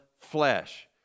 flesh